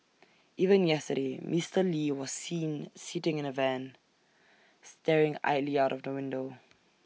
even yesterday Mister lee was seen sitting in the van staring idly out of the window